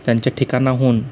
त्यांच्या ठिकाणाहून